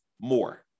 more